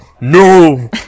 No